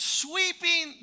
sweeping